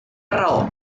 raó